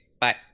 bye